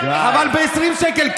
אבל ב-20 שקל,